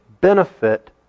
benefit